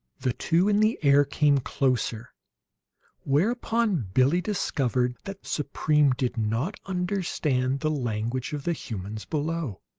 the two in the air came closer whereupon billie discovered that supreme did not understand the language of the humans below.